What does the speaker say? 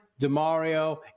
DeMario